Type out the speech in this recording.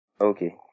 okay